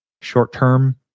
short-term